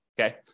okay